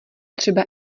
třeba